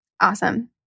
Awesome